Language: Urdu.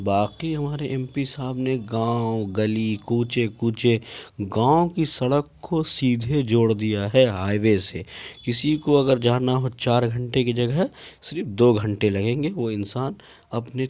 باقی ہمارے ایم پی صاحب نے گاؤں گلی کوچے کوچے گاؤں کی سڑک کو سیدھے جوڑ دیا ہے ہائی وے سے کسی کو اگر جانا ہو چار گھنٹے کی جگہ صرف دو گھنٹے لگیں گے وہ انسان اپنے